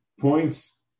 points